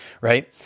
right